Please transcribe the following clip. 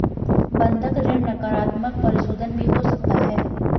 बंधक ऋण नकारात्मक परिशोधन भी हो सकता है